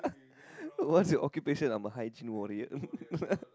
what's your occupation I'm a hygiene warrior